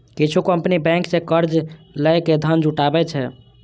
किछु company bank सं कर्ज लए के धन जुटाबै छै